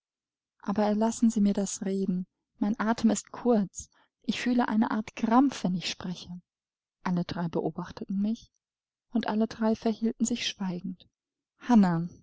aber erlassen sie mir das reden mein atem ist kurz ich fühle eine art krampf wenn ich spreche alle drei beobachteten mich und alle drei verhielten sich schweigend